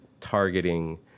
targeting